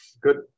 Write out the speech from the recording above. Good